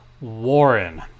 Warren